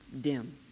dim